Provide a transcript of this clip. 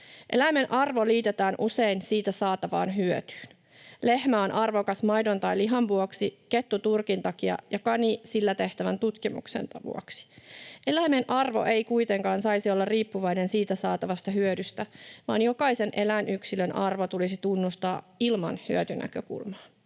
Eläimen arvo liitetään usein siitä saatavaan hyötyyn. Lehmä on arvokas maidon tai lihan vuoksi, kettu turkin takia ja kani sillä tehtävän tutkimuksen vuoksi. Eläimen arvo ei kuitenkaan saisi olla riippuvainen siitä saatavasta hyödystä, vaan jokaisen eläinyksilön arvo tulisi tunnustaa ilman hyötynäkökulmaa.